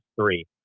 three